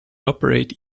operate